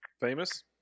Famous